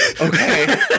Okay